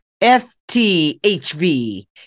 FTHV